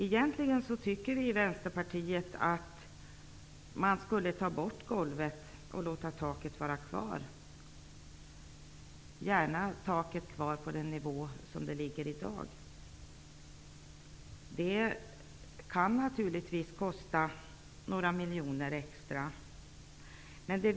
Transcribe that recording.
Vi i Vänsterpartiet tycker egentligen att man skulle ta bort bidragsgolvet och låta bidragstaket vara kvar -- gärna på den nivå som det ligger på i dag. Det kan naturligtvis kosta några miljoner extra.